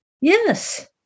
Yes